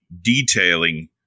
Detailing